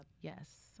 Yes